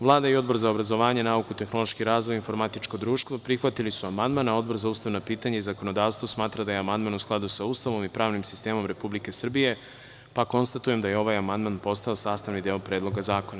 Vlada i Odbor za obrazovanje, nauku, tehnološki razvoj i informatičko društvo prihvatili su amandman, a Odbor za ustavna pitanja i zakonodavstvo smatra da je amandman u skladu sa Ustavom i pravnim sistemom Republike Srbije, pa konstatujem da je ovaj amandman postao sastavni deo Predloga zakona.